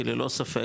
כי ללא ספק,